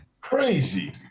Crazy